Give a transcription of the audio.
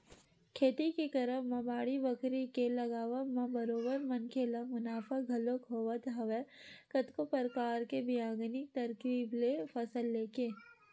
खेती के करब म बाड़ी बखरी के लगावब म बरोबर मनखे ल मुनाफा घलोक होवत हवय कतको परकार के बिग्यानिक तरकीब ले फसल लेके